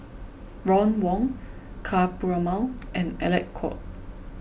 Ron Wong Ka Perumal and Alec Kuok